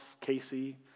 Casey